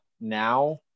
now